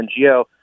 NGO